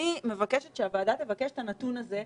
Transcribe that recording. אני מבקשת שהוועדה תבקש את הנתון הזה,